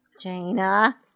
Jaina